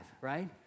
right